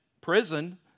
prison